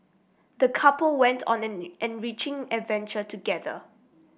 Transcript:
the couple went on an enriching adventure together